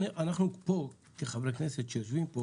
אנחנו פה כחברי כנסת שיושבים פה